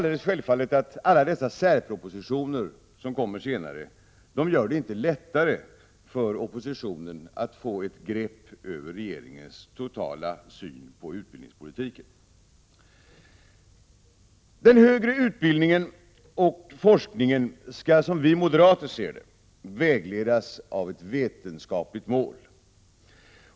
Dessa särpropositioner som kommer senare gör det självfallet inte lättare för oppositionen att få ett grepp om regeringens totala syn på utbildningspolitiken. Den högre utbildningen och forskningen skall som vi moderater ser det vägledas av ett vetenskapligt mål.